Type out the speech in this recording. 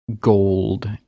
gold